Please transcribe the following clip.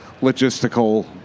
logistical